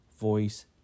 voice